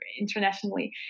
internationally